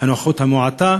עם הנוכחות המועטה,